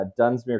Dunsmere